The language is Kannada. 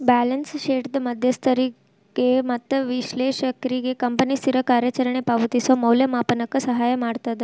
ಬ್ಯಾಲೆನ್ಸ್ ಶೇಟ್ದ್ ಮಧ್ಯಸ್ಥಗಾರಿಗೆ ಮತ್ತ ವಿಶ್ಲೇಷಕ್ರಿಗೆ ಕಂಪನಿ ಸ್ಥಿತಿ ಕಾರ್ಯಚರಣೆ ಪಾವತಿಸೋ ಮೌಲ್ಯಮಾಪನಕ್ಕ ಸಹಾಯ ಮಾಡ್ತದ